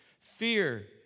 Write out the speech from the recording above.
Fear